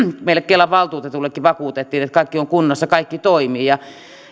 meille kelan valtuutetuillekin vakuutettiin että kaikki on kunnossa kaikki toimii ja